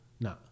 No